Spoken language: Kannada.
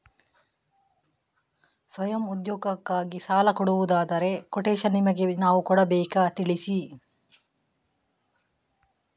ಸ್ವಯಂ ಉದ್ಯೋಗಕ್ಕಾಗಿ ಸಾಲ ಕೊಡುವುದಾದರೆ ಕೊಟೇಶನ್ ನಿಮಗೆ ನಾವು ಕೊಡಬೇಕಾ ತಿಳಿಸಿ?